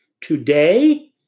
today